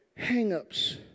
hangups